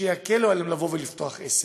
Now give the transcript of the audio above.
שיקלו עליהם לפתוח עסק.